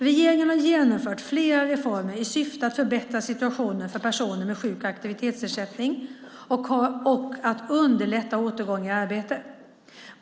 Regeringen har genomfört flera reformer i syfte att förbättra situationen för personer med sjuk eller aktivitetsersättning och att underlätta återgången till arbete.